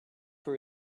for